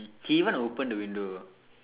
he even open the window